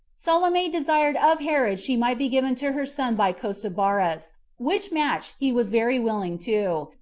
salome desired of herod she might be given to her son by costobarus which match he was very willing to,